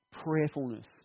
prayerfulness